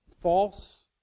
false